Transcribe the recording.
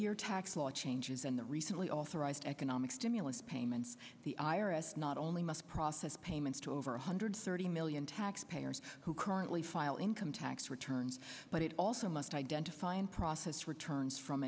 your tax law changes and the recently authorized economic stimulus payments the iris not only must process payments to over one hundred thirty million taxpayers who currently file income tax returns but it also must identify and process returns from